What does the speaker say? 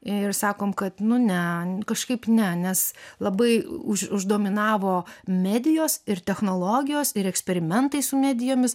ir sakom kad nu ne kažkaip ne nes labai už uždominavo medijos ir technologijos ir eksperimentai su medijomis